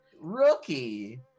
rookie